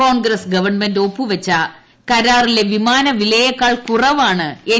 Congress government ഒപ്പുവച്ച കരാറിലെ വിമാന വിലയെക്കാൾ കുറവാണ് എൻ